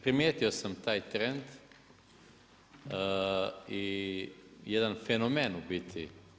Primijetio sam taj trend i jedan fenomen u biti.